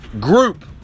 group